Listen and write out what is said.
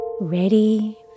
ready